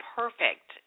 perfect